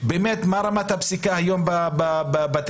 מהתיקים ומה רמת הפסיקה היום בתיקים